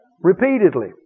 repeatedly